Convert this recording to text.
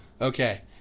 Okay